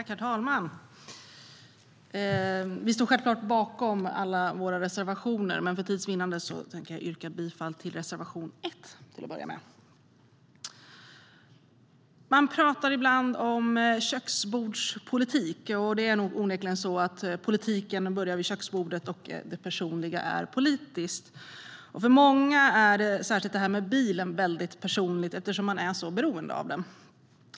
Herr talman! Vi står självklart bakom alla våra reservationer, men för tids vinnande yrkar jag bifall endast till reservation 1. Man talar ibland om köksbordspolitik, och det är onekligen så att politik börjar vid köksbordet och att det personliga är politiskt. För många är särskilt det här med bilen väldigt personligt eftersom man är så beroende av den.